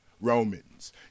romans